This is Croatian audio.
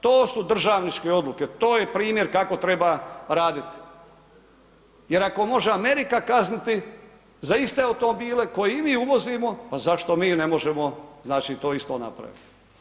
To su državničke odluke, to je primjer kako treba raditi jer ako može Amerika kazniti za iste automobile koje i mi uvozimo, pa zašto mi ne možemo znači to isto napraviti?